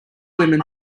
women